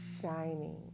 shining